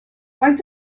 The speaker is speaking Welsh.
faint